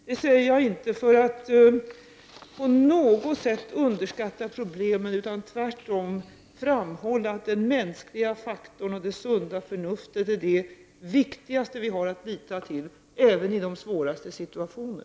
Detta säger jag inte för att på något sätt underskatta problemet, utan tvärtom för att framhålla att den mänskliga faktorn och det sunda förnuftet är det viktigaste vi har att lita till, även i de svåraste situationer.